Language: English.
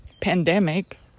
pandemic